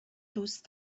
دوست